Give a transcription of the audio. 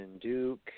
Duke